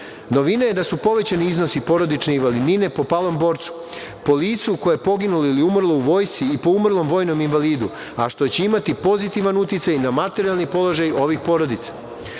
je da su povećani iznosi porodične invalidnine po palom borcu, po licu koje je poginulo ili umrlo u vojsci i po umrlom vojnom invalidu, a što će imati pozitivan uticaj na materijalni položaj ovih porodica. Odredbama